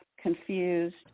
confused